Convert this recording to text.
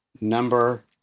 number